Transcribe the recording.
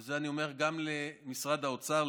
ואת זה אני אומר גם למשרד האוצר,